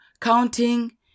counting